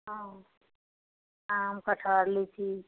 हँ आम कटहर लिच्ची